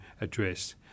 address